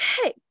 Okay